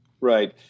Right